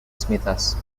smithers